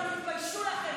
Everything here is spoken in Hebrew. אז מצאתם